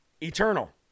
eternal